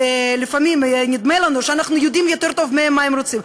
שלפעמים נדמה לנו שאנחנו יודעים יותר טוב מה הם רוצים.